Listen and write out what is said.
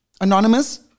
Anonymous